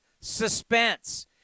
Suspense